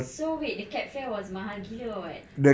so wait the cab fare was mahal gila or what